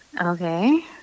Okay